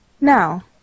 Now